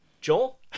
Joel